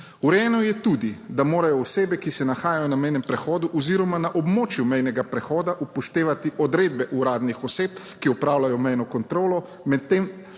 Urejeno je tudi, da morajo osebe, ki se nahajajo na mejnem prehodu oziroma na območju mejnega prehoda upoštevati odredbe uradnih oseb, ki opravljajo mejno kontrolo, medtem